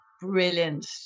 brilliant